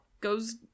goes